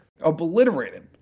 Obliterated